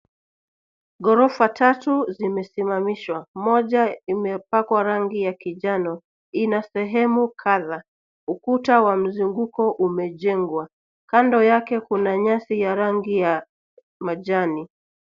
Ghorofa tatu zimesimamishwa. Moja imepakwa rangi ya kinjano. Ina sehemu kadhaa. Ukuta wa mzunguko umejengwa. Kando yake kuna nyasi ya rangi ya majani.